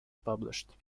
published